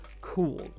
cool